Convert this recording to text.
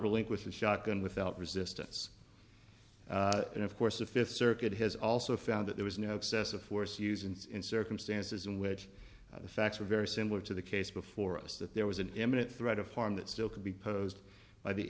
relinquish the shotgun without resistance and of course the fifth circuit has also found that there was no excessive force used insincere come stances in which the facts are very similar to the case before us that there was an imminent threat of harm that still could be posed by the